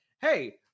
hey